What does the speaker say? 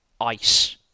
ice